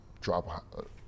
drop